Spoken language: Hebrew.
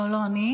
לא, לא אני.